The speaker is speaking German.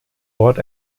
ort